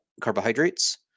carbohydrates